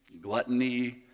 gluttony